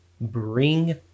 bring